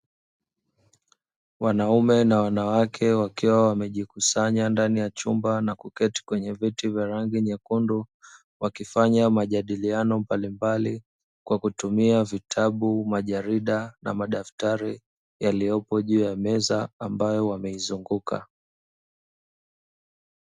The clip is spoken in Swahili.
Wanaume na wanawake wakiwa wamejikusanya ndani ya chumba na kuketi kwenye viti vya rangi nyekundu, wakifanya majadiliano mbalimbali kwa kutumia vitabu ma jarida na madaftari yaliyopo juu ya meza ambayo wameizunguka.